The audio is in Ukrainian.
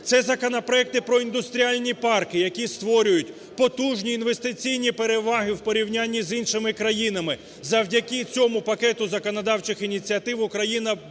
Це законопроекти про індустріальні парки, які створюють потужні інвестиційні переваги в порівнянні з іншими країнами. Завдяки цьому пакету законодавчих ініціатив Україна зможе